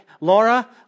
Laura